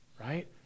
right